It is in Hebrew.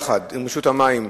יחד עם רשות המים,